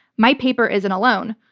my paper isn't alone.